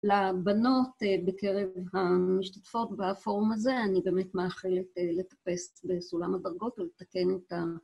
לבנות בקרב המשתתפות בפורום הזה, אני באמת מאחלת לטפס בסולם הדרגות ולתקן את ה...